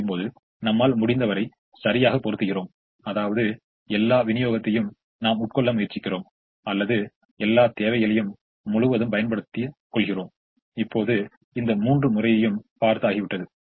எனவே Cij என்பது 9 ஆகும் ui vj அதாவது 0 6 என்பது 0 ஆகும் அதுபோல் 9 6 என்பது 3 ஆகும் 3 Cij 4 ui vj 3 8 என்பது 5 4 5 என்பது 1 மேலும் Cij என்பது 5ui vj அதுபோல் 3 7 என்பது 4 ஆகும்